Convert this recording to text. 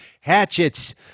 hatchets